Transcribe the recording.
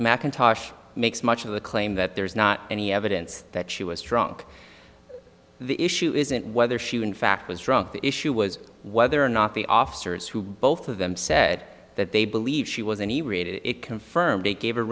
mcintosh makes much of the claim that there is not any evidence that she was drunk the issue isn't whether she was in fact was drunk the issue was whether or not the officers who both of them said that they believed she was any rate it confirmed they gave her